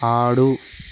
ఆడు